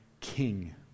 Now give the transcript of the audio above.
King